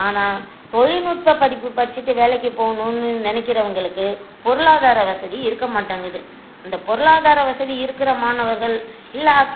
ஆனால் தொழில்நுட்ப படிப்பு படிச்சுட்டு வேலைக்கு போகணுன்னு நினைக்கிறவங்களுக்கு பொருளாதார வசதி இருக்கமாட்டேங்குது அந்த பொருளாதார வசதி இருக்கிற மாணவர்கள் இல்லை